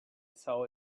saw